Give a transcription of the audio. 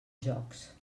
jocs